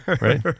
right